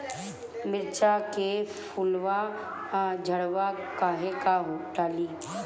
मिरचा के फुलवा झड़ता काहे का डाली?